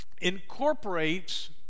incorporates